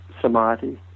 samadhi